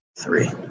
three